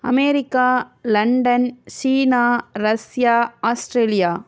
America London China Russia Australia